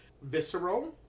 visceral